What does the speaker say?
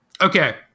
Okay